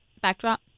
backdrop